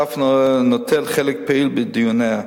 שאף נוטל חלק פעיל בדיוניה.